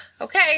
okay